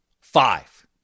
five